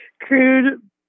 Crude